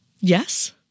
Yes